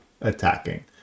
attacking